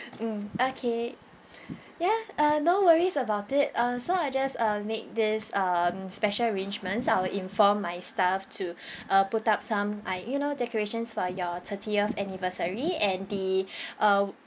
mm okay ya uh no worries about it uh so I'll just uh make this um special arrangements I will inform my staff to uh put up some ah you know decorations for your thirtieth anniversary and the uh